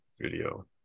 video